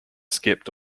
skipped